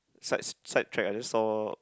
sides side track ah I just saw